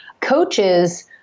coaches